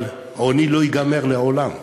אבל עוני לא ייגמר לעולם.